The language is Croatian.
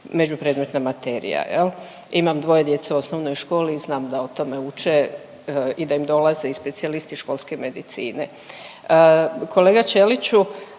međupredmetna materija jel. Imam dvoje djece u osnovnoj školi i znam da o tome uče i da im dolaze i specijalisti školske medicine. Kolega Ćeliću,